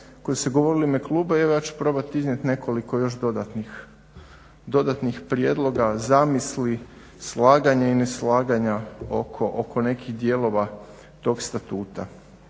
koji su govorili u ime kluba. Evo ja ću probat iznijet nekoliko još dodatnih prijedloga, zamisli, slaganja i ne slaganja oko nekih dijelova tog statuta.